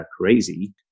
crazy